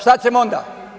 Šta ćemo onda?